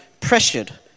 pressured